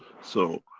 so,